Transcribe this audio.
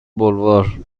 بلوار